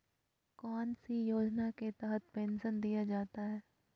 कौन सी योजना के तहत पेंसन दिया जाता है?